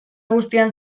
guztian